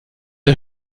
der